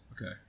Okay